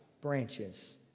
branches